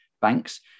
banks